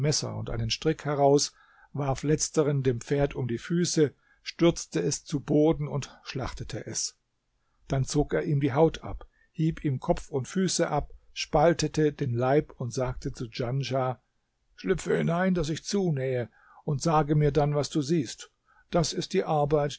und einen strick heraus warf letzteren dem pferd um die füße stürzte es zu boden und schlachtete es dann zog er ihm die haut ab hieb ihm kopf und füße ab spaltete den leib und sagte zu djanschah schlüpfe hinein daß ich zunähe und sage mir dann was du siehst das ist die arbeit